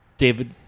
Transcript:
David